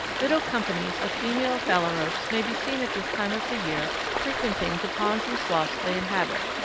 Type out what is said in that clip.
little companies of female phalaropes may be seen at this time of the year frequenting the ponds and sloughs they inhabit.